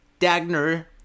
Dagner